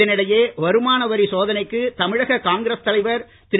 இதனிடையே வருமான வரி சோதனைக்கு தமிழக காங்கிரஸ் தலைவர் திரு